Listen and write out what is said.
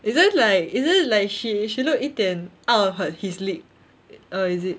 isn't like isn't like she she looked 一点 out of her his league uh is it